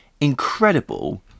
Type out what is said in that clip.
incredible